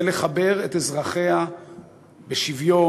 לחבר את אזרחיה בשוויון,